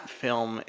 film